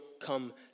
come